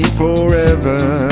forever